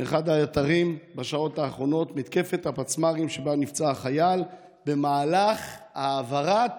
באחד האתרים בשעות האחרונות: מתקפת הפצמ"רים שבה נפצע החייל במהלך העברת